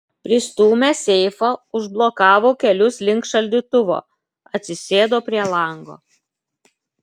pristūmęs seifą užblokavo kelius link šaldytuvo atsisėdo prie lango